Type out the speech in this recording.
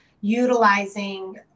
utilizing